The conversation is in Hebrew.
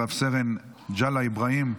רב-סרן ג'לאא אבראהים,